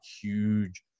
huge